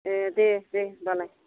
ए दे दे होमबालाय